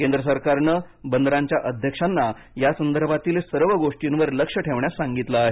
केंद्र सरकारने बंदरांच्या अध्यक्षांना यासंदर्भातील सर्व गोष्टींवर लक्ष ठेवण्यास सांगितलं आहे